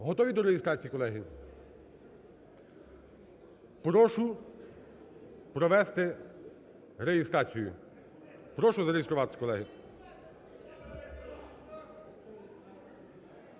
Готові до реєстрації, колеги? Прошу провести реєстрацію, прошу зареєструватись, колеги.